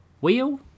Wheel